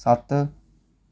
सत्त